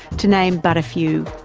to name but a few.